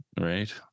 right